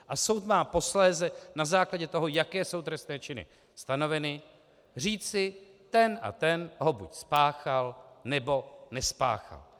A soud má posléze na základě toho, jaké jsou trestné činy stanoveny, říci, ten a ten ho buď spáchal, nebo nespáchal.